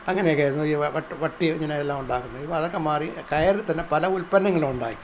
അങ്ങനെയെക്കെ ആയിരുന്നു ഈ വ വട്ട് വട്ടിങ്ങനെയെല്ലാം ഉണ്ടാക്കുന്നത് ഇപ്പം അതൊക്കെ മാറി കയറിത്തന്നെ പല ഉത്പന്നങ്ങളുമുണ്ടാക്കി